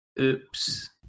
oops